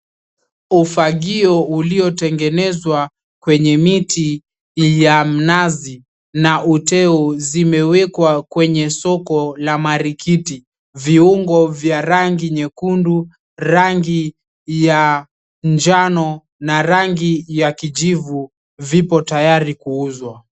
Ufagio uliotengenezwa kwenye miti ya mnazi na uteo zimewekwa kwenye soko la marikiti. Viungo vya rangi nyekundu, rangi ya njano na rangi ya kijivu vipo tayari kuuzwa.